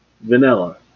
vanilla